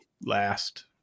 last